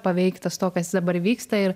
paveiktas to kas dabar vyksta ir